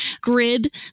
grid